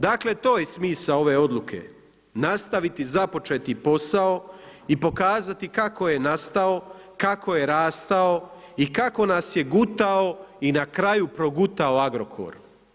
Dakle to je smisao ove odluke, nastaviti započeti posao i pokazati kako je nastao, kako je rastao i kako nas je gutao i na kraju progutao Agrokor.